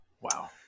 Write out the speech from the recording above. Wow